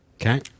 Okay